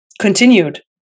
continued